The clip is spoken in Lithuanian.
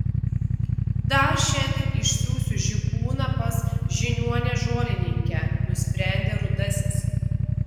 dar šiandien išsiųsiu žygūną pas žiniuonę žolininkę nusprendė rudasis